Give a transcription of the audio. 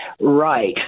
Right